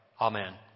Amen